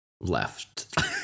left